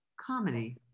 comedy